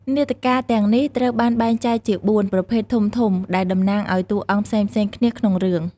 នាដការទាំងនេះត្រូវបានបែងចែកជា បួន ប្រភេទធំៗ ដែលតំណាងឲ្យតួអង្គផ្សេងៗគ្នាក្នុងរឿង។